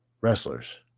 wrestlers